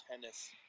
tennis